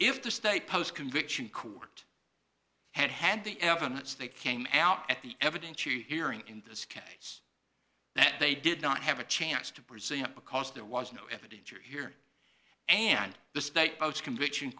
if the state post conviction court had had the evidence that came out at the evidence you hearing in this case that they did not have a chance to present because there was no evidence or here and the state votes conviction